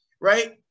right